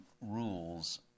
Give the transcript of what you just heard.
rules